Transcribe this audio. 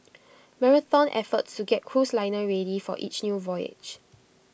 marathon effort to get cruise liner ready for each new voyage